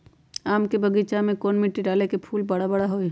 आम के बगीचा में कौन मिट्टी डाले से फल बारा बारा होई?